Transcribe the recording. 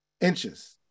inches